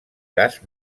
cas